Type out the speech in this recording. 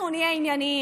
אנחנו נהיה ענייניים.